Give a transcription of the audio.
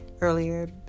earlier